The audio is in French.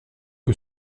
que